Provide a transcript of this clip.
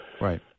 Right